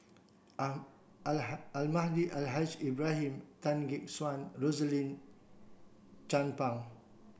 Almahdi Al Haj Ibrahim Tan Gek Suan Rosaline Chan Pang